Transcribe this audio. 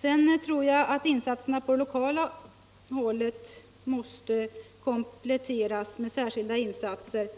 Sedan tror jag att insatserna på det lokala planet måste kompletteras med särskilda åtgärder.